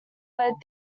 led